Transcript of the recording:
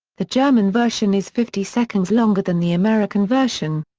the german version is fifty seconds longer than the american version.